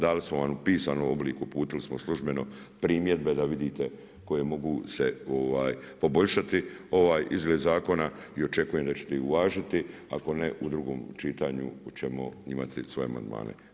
Dali smo vam u pisanom obliku, uputili smo službeno primjedbe da vidite koje mogu se poboljšati ovaj izgled zakona i očekujem da ćete i uvažiti, ako ne u drugom čitanju ćemo imati svoje amandmane.